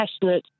passionate